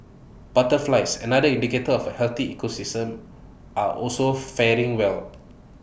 butterflies another indicator of A healthy ecosystem are also faring well